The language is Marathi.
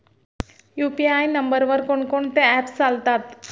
यु.पी.आय नंबरवर कोण कोणते ऍप्स चालतात?